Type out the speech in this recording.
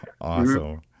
Awesome